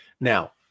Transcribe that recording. Now